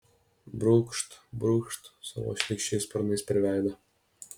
brūkšt brūkšt savo šlykščiais sparnais per veidą